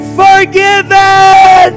forgiven